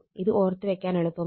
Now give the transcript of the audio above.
ഇത് ഓർത്ത് വെക്കാൻ എളുപ്പമാണ്